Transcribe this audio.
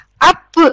Up